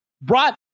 brought